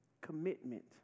Commitment